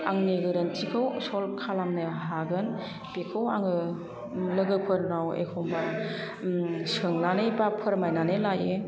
आंनि गोरोन्थिखौ सल्भ खालामनो हागोन बेखौ आङो लोगोफोरनाव एखनबा सोंनानै एबा फोरमायनानै लायो